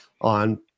on